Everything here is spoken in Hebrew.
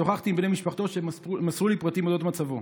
שוחחתי עם בני משפחתו, והם מסרו לי פרטים על מצבו.